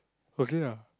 okay ah